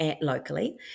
locally